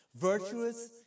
virtuous